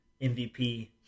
MVP